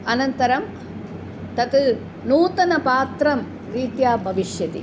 अनन्तरं तत् नूतनपात्रंरीत्या भविष्यति